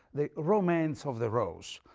the romance of the rose,